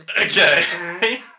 Okay